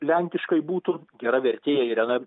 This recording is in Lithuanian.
lenkiškai būtų gera vertėja irena